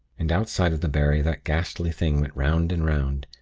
and outside of the barrier that ghastly thing went round and round,